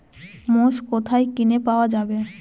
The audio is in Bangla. মোষ কোথায় কিনে পাওয়া যাবে?